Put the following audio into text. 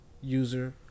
User